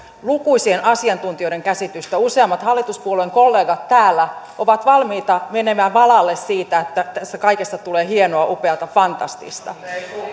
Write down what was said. lukuisien asiantuntijoiden käsitystä useammat hallituspuolueen kollegat täällä ovat valmiita menemään valalle siitä että tästä kaikesta tulee hienoa upeata fantastista